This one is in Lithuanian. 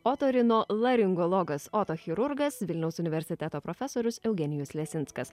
otorinolaringologas otochirurgas vilniaus universiteto profesorius eugenijus lesinskas